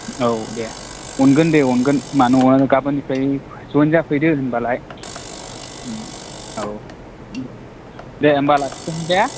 औ दे अनगोन दे अनगोन मानो अना जानो गाबोननिफ्राय जइन जाफैदो होनबालाय औ दे होनबा लाखिथ'नि दे